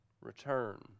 return